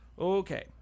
Okay